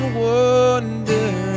wonder